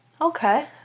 Okay